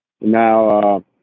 Now